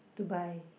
Dubai